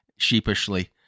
Sheepishly